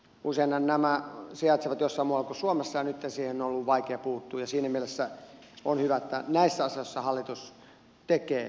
useinhan nämä sijaitsevat jossain muualla kuin suomessa ja nytten siihen on ollut vaikea puuttua ja siinä mielessä on hyvä että näissä asioissa hallitus tekee uudistuksia